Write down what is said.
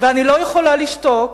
ואני לא יכולה לשתוק